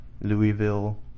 Louisville